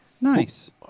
Nice